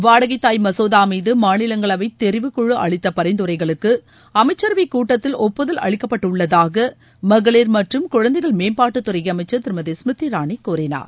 வாடகைத்தாய் மசோதா மீது மாநிலங்களவை தெிவுக்குழு அளித்த பரிந்துரைகளுக்கு அமைச்சரவை கூட்டத்தில் ஒப்புதல் அளிக்கப்பட்டுள்ளதாக மகளிர் மற்றும் குழந்தைகள் மேம்பாட்டுத் துறை அமைச்சர் திருமதி ஸ்மிருதி இராணி கூறினார்